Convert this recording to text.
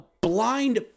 blind